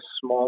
small